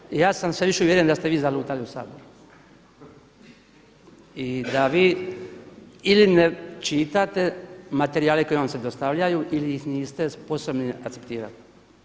Kolega Beljak, ja sam sve više uvjeren da ste vi zalutali u Sabor i da vi ili ne čitate materijale koji vam se dostavljaju ili ih niste sposobni akceptirati.